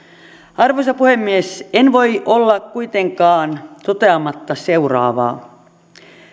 arvoisa puhemies en voi olla kuitenkaan toteamatta seuraavaa